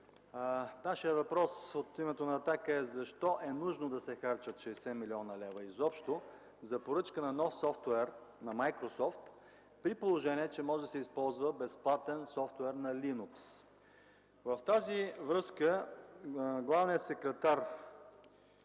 Нашият въпрос, от името на „Атака”, е: защо е нужно да се харчат 60 млн. лв. изобщо за поръчка на нов софтуер на „Майкрософт”, при положение че може да се използва безплатен софтуер на Linux? В тази връзка главният секретар